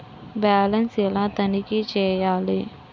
Balance ఎలా తనిఖీ చేయాలి?